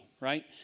right